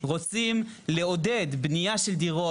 רוצים לעודד בנייה של דירות,